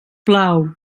plau